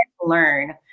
learn